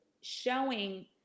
showing